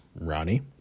Ronnie